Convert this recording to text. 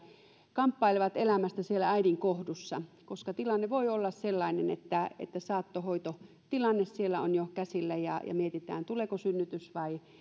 kamppailevat elämästä äidin kohdussa tilanne voi olla sellainen että saattohoitotilanne on siellä jo käsillä ja mietitään tuleeko synnytys vai